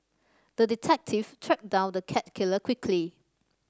the detective tracked down the cat killer quickly